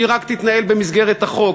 שהיא רק תתנהל במסגרת החוק.